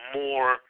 more